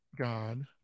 God